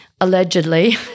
allegedly